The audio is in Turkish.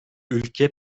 ülke